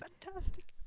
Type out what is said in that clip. fantastic